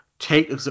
Take